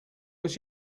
was